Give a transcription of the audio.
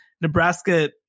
Nebraska